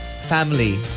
family